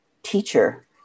teacher